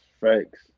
Thanks